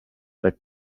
but